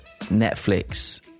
Netflix